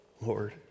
Lord